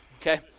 okay